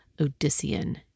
Odyssean